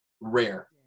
Rare